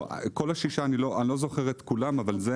לא, כל השישה אני לא זוכר את כולם, אבל זה